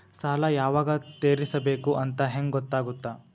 ಸಾಲ ಯಾವಾಗ ತೇರಿಸಬೇಕು ಅಂತ ಹೆಂಗ್ ಗೊತ್ತಾಗುತ್ತಾ?